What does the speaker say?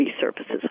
services